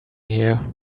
here